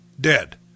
dead